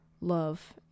love